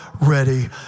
ready